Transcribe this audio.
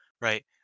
right